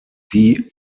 die